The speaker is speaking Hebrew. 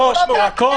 יעקב,